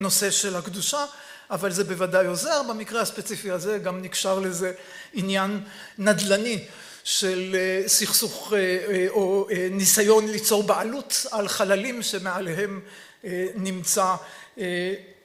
נושא של הקדושה, אבל זה בוודאי עוזר. במקרה הספציפי הזה, גם נקשר לזה עניין נדל"ני של סכסוך או ניסיון ליצור בעלות על חללים שמעליהם נמצא אה...